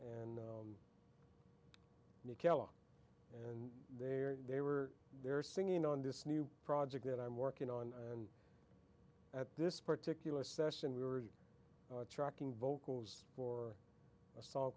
and you kelly and there they were there singing on this new project that i'm working on and at this particular session we were tracking vocals for a song